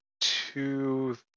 two